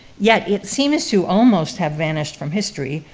yet, it seems to almost have vanished from history.